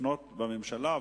לפנות לממשלה,